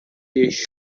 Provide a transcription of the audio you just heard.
lixo